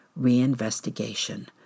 reinvestigation